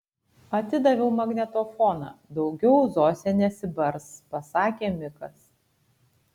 atidaviau magnetofoną daugiau zosė nesibars pasakė mikas